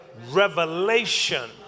revelation